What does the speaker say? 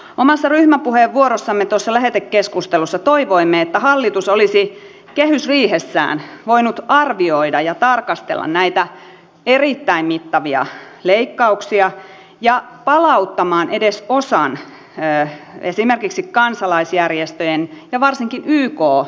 omassa ryhmäpuheenvuorossamme lähetekeskustelussa toivoimme että hallitus olisi kehysriihessään voinut arvioida ja tarkastella näitä erittäin mittavia leikkauksia ja palauttaa edes osan esimerkiksi kansalaisjärjestöjen ja varsinkin yk järjestöjen resursseista